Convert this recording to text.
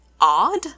odd